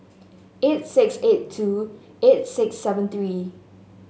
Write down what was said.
eight six eight two eight six seven three